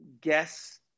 guess